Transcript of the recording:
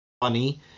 funny